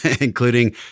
including